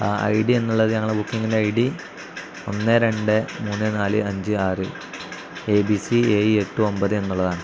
ആ I D എന്നുള്ളത് ഞങ്ങളുടെ ബുക്കിങ്ങിൻ്റെ ഐ ഡി ഒന്ന് രണ്ട് മൂന്ന് നാല് അഞ്ച് ആറ് എ ബി സി ഏഴ് എട്ട് ഒൻപത് എന്നുള്ളതാണ്